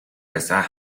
байсан